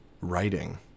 writing